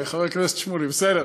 חבר הכנסת שמולי, בסדר.